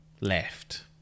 left